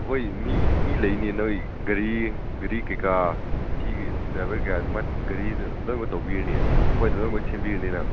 ꯑꯩꯈꯣꯏ ꯃꯤ ꯂꯩꯅꯤ ꯅꯣꯏ ꯒꯥꯔꯤ ꯒꯥꯔꯤ ꯀꯩꯀꯥ ꯁꯤ ꯗ꯭ꯔꯥꯏꯕꯔ ꯀꯩꯀꯥꯗꯨ ꯒꯥꯔꯤꯗꯨ ꯂꯣꯏꯅꯃꯛ ꯇꯧꯕꯤꯔꯅꯤꯌꯦ ꯑꯩꯈꯣꯏ ꯂꯣꯏꯅꯃꯛ ꯁꯤꯟꯕꯤꯔꯅꯤꯅ